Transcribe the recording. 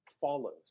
follows